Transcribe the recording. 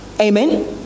Amen